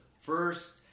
first